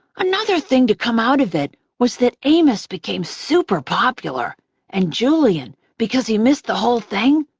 another thing to come out of it was that amos became super popular and julian, because he missed the whole thing,